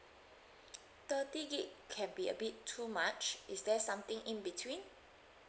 thirty gig can be a bit too much is there something in between